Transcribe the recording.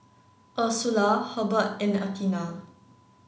Ursula Hurbert and Athena